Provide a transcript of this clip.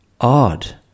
odd